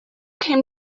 came